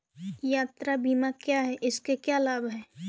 यात्रा बीमा क्या है इसके क्या लाभ हैं?